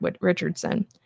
Richardson